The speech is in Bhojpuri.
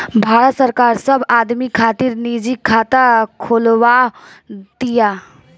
भारत सरकार सब आदमी खातिर निजी खाता खोलवाव तिया